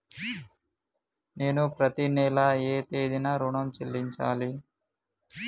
నేను పత్తి నెల ఏ తేదీనా ఋణం చెల్లించాలి?